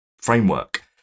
framework